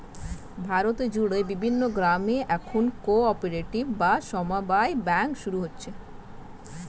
ভারত জুড়ে বিভিন্ন গ্রামে এখন কো অপারেটিভ বা সমব্যায় ব্যাঙ্ক শুরু হচ্ছে